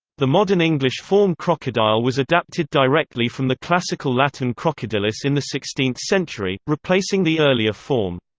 the modern english form crocodile was adapted directly from the classical latin crocodilus in the sixteenth century, replacing the earlier form.